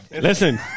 Listen